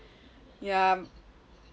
ya